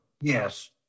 yes